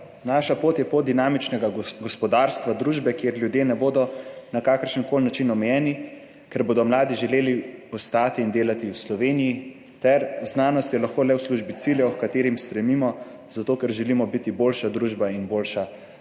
»Naša pot je pot dinamičnega gospodarstva družbe, kjer ljudje ne bodo na kakršen koli način omejeni, kjer bodo mladi želeli ostati in delati v Sloveniji. /…/ Znanost je lahko le v službi ciljev, h katerim stremimo, zato ker želimo biti boljša družba in boljša država.«